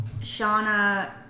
Shauna